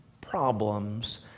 problems